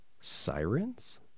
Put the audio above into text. Sirens